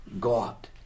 God